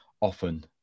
often